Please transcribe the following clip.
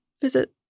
visit